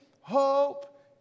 hope